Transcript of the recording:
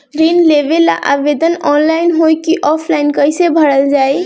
ऋण लेवेला आवेदन ऑनलाइन होई की ऑफलाइन कइसे भरल जाई?